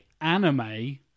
Anime